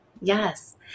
Yes